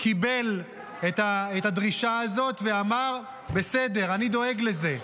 קיבל את הדרישה הזאת ואמר: בסדר, אני דואג לזה.